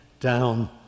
down